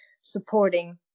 supporting